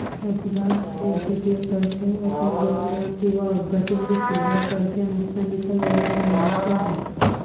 अपघात, वैद्यकीय खर्च, अपंगत्व किंवा अपघाती मृत्यू यांसारख्या नुकसानीचा विमा समाविष्ट आहे